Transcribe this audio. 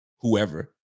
whoever